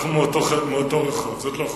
אנחנו מאותו רחוב, זאת לא חוכמה.